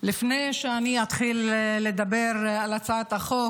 לפני שאתחיל לדבר על הצעת החוק,